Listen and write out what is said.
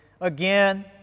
Again